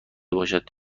باشد